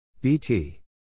bt